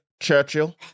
Churchill